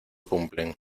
cumplen